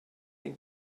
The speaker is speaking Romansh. ein